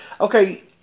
Okay